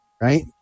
right